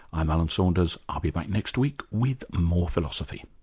i'm alan saunders, i'll be back next week with more philosophy